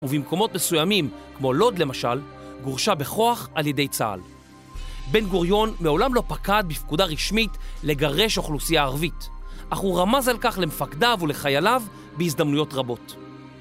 ובמקומות מסוימים, כמו לוד למשל, גורשה בכוח על ידי צה״ל. בן גוריון מעולם לא פקד בפקודה רשמית לגרש אוכלוסייה ערבית, אך הוא רמז על כך למפקדיו ולחייליו בהזדמנויות רבות.